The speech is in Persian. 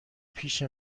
پیش